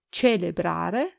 celebrare